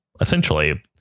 essentially